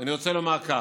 אני רוצה לומר כך: